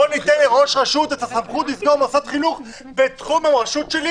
בואו ניתן לראש רשות מקומית את הסמכות לסגור מוסד חינוך בתחום אותה רשות.